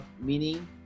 meaning